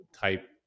type